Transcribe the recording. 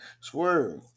Swerve